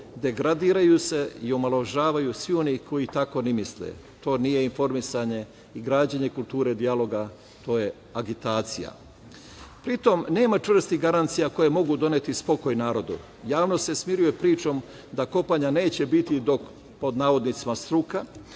Degradiraju se i omalovažavaju svi oni koji tako ne misle. To nije informisanje i građenje kulture dijaloga. To je agitacija. Pritom, nema čvrstih garancija koje mogu doneti spokoj narodu. Javnost se ne smiruje pričom da kopanja neće biti dok „struka“